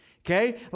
Okay